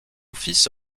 fils